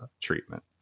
treatment